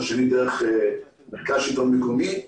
והשנייה דרך מרכז שלטון מקומי.